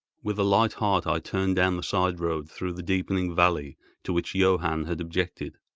with a light heart i turned down the side road through the deepening valley to which johann had objected.